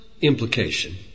implication